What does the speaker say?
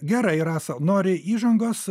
gerai rasa nori įžangos